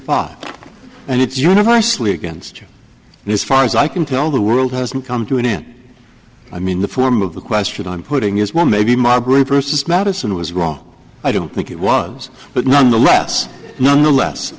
and it's universally against you and as far as i can tell the world hasn't come to an end i mean the form of the question i'm putting is well maybe marbury vs madison was wrong i don't think it was but nonetheless nonetheless